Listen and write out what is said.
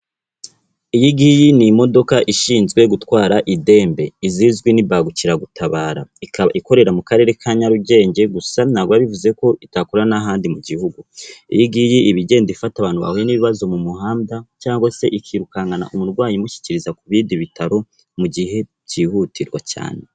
Iyi ngiyi ni imodoka ishinzwe gutwara indembe, izizwi nk'imbangukiragutabara. Ikaba ikorera mu karere ka Nyarugenge, gusa ntabwo biba bivuze ko itakorera n'ahandi mu gihugu. Iyi ngiyi iba igenda ifata abantu bahuye n'ibibazo mu muhanda cyangwa se ikirukankana umurwayi imushyikiriza ku bindi bitaro mu gihe byihutirwa cyane.